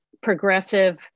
progressive